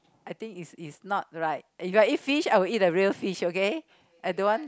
I think is is not right if I eat fish I would eat the real fish okay I don't want